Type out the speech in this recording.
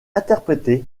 interprété